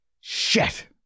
Shit